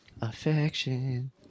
Affection